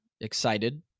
excited